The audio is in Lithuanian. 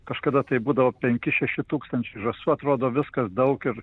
kažkada tai būdavo penki šeši tūkstančiai žąsų atrodo viskas daug ir